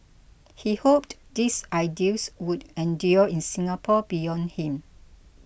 he hoped these ideals would endure in Singapore beyond him